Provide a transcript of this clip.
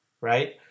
right